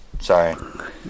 Sorry